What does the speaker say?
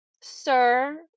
Sir